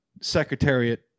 secretariat